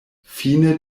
fine